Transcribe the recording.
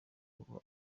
kuva